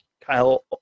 Kyle